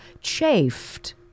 chafed